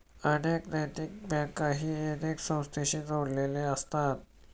अनेक नैतिक बँकाही अनेक संस्थांशी जोडलेले असतात